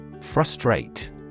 Frustrate